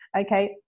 okay